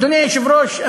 אדוני היושב-ראש,